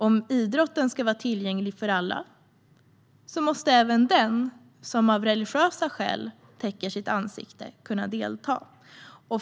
Om idrotten ska vara tillgänglig för alla måste även den som av religiösa skäl täcker sitt ansikte kunna delta.